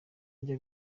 ndya